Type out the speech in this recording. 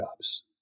jobs